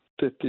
50